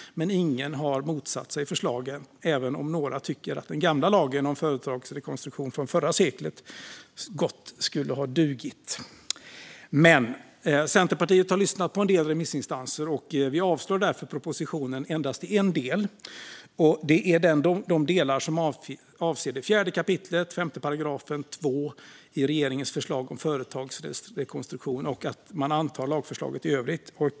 Men ingen har motsatt sig förslagen, även om några tycker att den gamla lagen om företagsrekonstruktion från förra seklet gott skulle ha dugt. Centerpartiet har lyssnat på en del remissinstanser. Vi avslår därför de delar i propositionen som avser 4 kap. § 5 2 i regeringens förslag om företagsrekonstruktion och bifaller lagförslaget i övrigt.